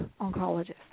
oncologist